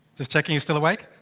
just checking you're still awake.